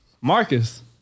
Marcus